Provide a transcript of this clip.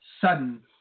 Sudden